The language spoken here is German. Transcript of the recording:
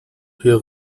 herr